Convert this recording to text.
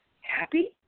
happy